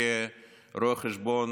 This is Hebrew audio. כרואה חשבון,